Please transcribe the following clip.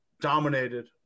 dominated